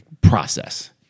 process